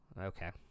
Okay